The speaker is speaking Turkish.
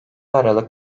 aralık